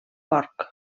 porc